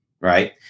right